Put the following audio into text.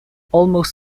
almost